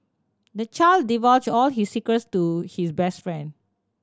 the child divulged all his secrets to his best friend